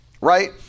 right